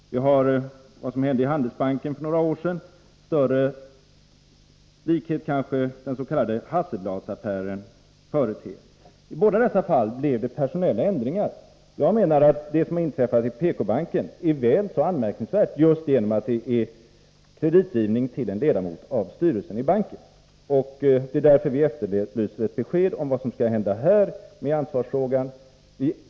Jag tänker på vad som hände i Handelsbanken för några år sedan. Större likhet företer kanske den s.k. Hasselbladsaffären. I båda dessa fall gjordes personella ändringar. Jag menar att det som inträffat i PK-banken är väl så anmärkningsvärt just därför att det är fråga om kreditgivning till en ledamot av styrelsen i banken. Det är därför vi efterlyser ett besked om vad som skall hända i ansvarsfrågan.